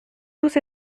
tous